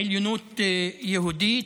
עליונות יהודית.